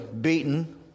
beaten